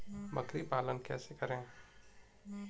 बकरी पालन कैसे करें?